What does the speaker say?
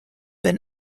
been